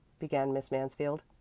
began miss mansfield.